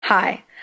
Hi